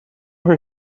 her